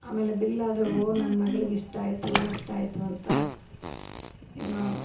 ಆಮೇಲೆ ಬಿಲ್ ಅದರೆ ಓ ನನ್ನ ಮಗ್ಳಿಗೆ ಇಷ್ಟ್ ಆಯಿತು ಅಷ್ಟ್ ಆಯಿತು ಅಂತ ಏನೊ